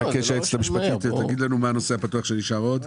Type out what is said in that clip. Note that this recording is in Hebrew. אני מבקש שהיועצת המשפטית תגיד לנו מה הנושא הפתוח שנשאר עוד.